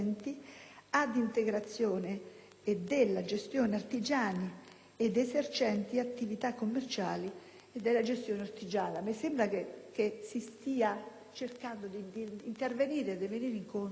(ad integrazione) e delle gestioni artigiani ed esercenti attività commerciali e della gestione artigiani. Mi sembra dunque che si stia cercando di intervenire e di venire incontro